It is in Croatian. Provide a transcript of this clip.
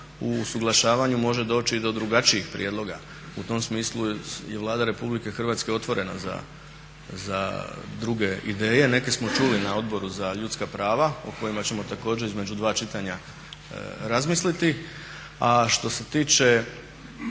u usuglašavanju može doći i do drugačijih prijedloga. U tom smislu je Vlada Republike Hrvatske otvorena za druge ideje. Neke smo čuli na Odboru za ljudska prava o kojima ćemo također između dva čitanja razmisliti. A što se tiče